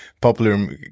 popular